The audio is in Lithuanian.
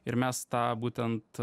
ir mes tą būtent